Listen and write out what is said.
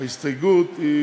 ההסתייגות היא